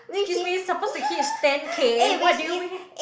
excuse me supposed to hitch ten K what did you bring